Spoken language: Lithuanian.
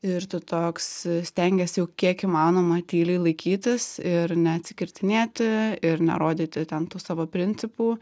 ir tu toks stengiesi jau kiek įmanoma tyliai laikytis ir neatsikirtinėti ir nerodyti ten tų savo principų